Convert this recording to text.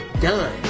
Done